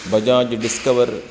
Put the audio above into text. Bajaj discover